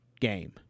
game